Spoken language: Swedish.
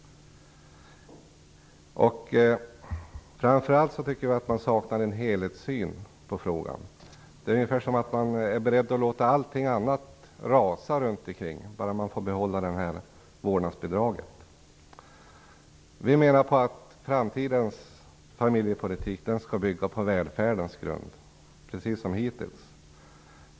Framför allt tycker jag att det saknas en helhetssyn i frågan. Det verkar som om man är beredd att låta allt annat rasa runtomkring, bara man får behålla vårdnadsbidraget. Vi menar att framtidens familjepolitik skall bygga på välfärdens grund, precis som hittills.